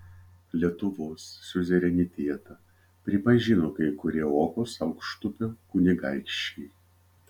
lietuvos siuzerenitetą pripažino kai kurie okos aukštupio kunigaikščiai